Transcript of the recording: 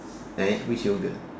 eh which yogurt